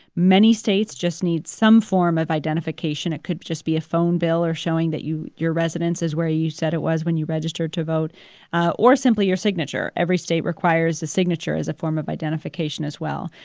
many states just need some form of identification. it could just be a phone bill or showing that your residence is where you said it was when you registered to vote or simply your signature every state requires a signature as a form of identification as well.